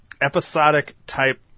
episodic-type